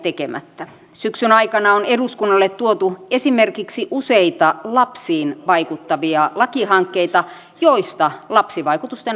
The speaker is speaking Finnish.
viesti sieltä kuntalaisilta on että erityisesti sekä lapset että vanhukset pelkäävät